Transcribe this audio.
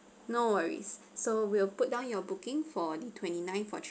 no worries so we'll put down your booking for the twenty nine for th~